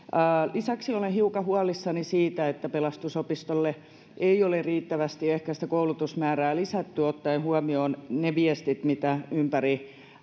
lisäksi olen hiukan huolissani siitä että pelastusopistolle ei ole ehkä riittävästi sitä koulutusmäärää lisätty ottaen huomioon ne viestit mitä ympäri